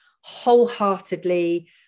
wholeheartedly